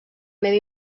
meva